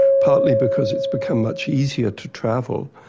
partly because it's become much easier to travel,